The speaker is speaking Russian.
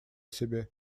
себе